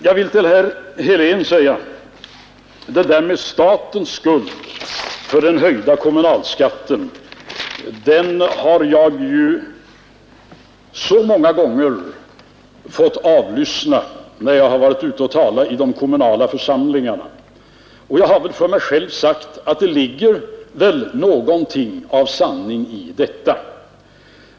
Jag vill till herr Helén säga att det där med statens skuld för den höjda kommunalskatten har jag så många gånger fått avlyssna när jag har varit ute och talat i de kommunala församlingarna. Jag har för mig själv sagt att det ligger väl någonting av sanning i detta.